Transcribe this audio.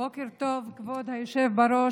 בוקר טוב, כבוד היושב בראש.